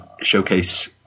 showcase